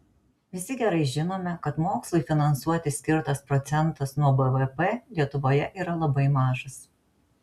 visi gerai žinome kad mokslui finansuoti skirtas procentas nuo bvp lietuvoje yra labai mažas